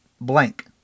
blank